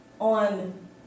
on